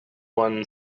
one